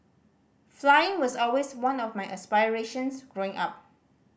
flying was always one of my aspirations growing up